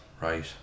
right